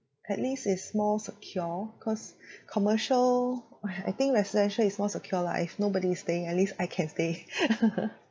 at least it's more secure cause commercial I think residential is more secure lah if nobody is staying at least I can stay